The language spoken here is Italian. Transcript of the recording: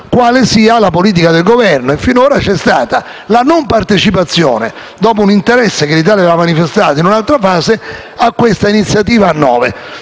quale sia la politica del Governo; finora c'è stata la non partecipazione, dopo un interesse manifestato dall'Italia in un'altra fase, a questa iniziativa a nove